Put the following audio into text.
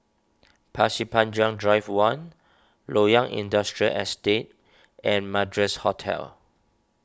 Pasir Panjang Drive one Loyang Industrial Estate and Madras Hotel